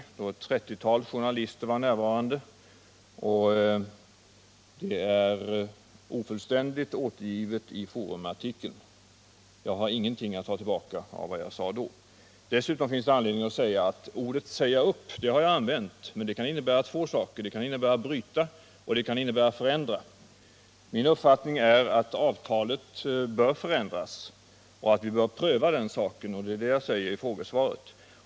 Även ett trettiotal journalister var närvarande. Referatet är ofullständigt återgivet i Forumartikeln, och jag har ingen anledning att ta tillbaka något av vad jag då sade. Dessutom finns det anledning att peka på att jag har använt uttrycket ”säga upp” i detta sammanhang men att det kan innebära två saker, nämligen ”bryta” resp. ”förändra”. Min uppfattning är att avtalet bör förändras och att vi bör pröva den frågan. Det är också det som jag säger i mitt frågesvar.